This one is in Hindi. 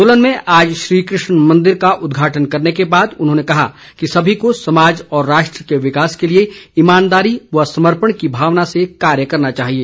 सोलन में आज श्रीकृष्ण मंदिर का उदघाटन करने के बाद उन्होंने कहा कि सभी को समाज और राष्ट्र के विकास के लिए ईमानदारी व समर्पण की भावना से कार्य करना चाहिए